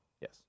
Yes